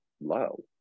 low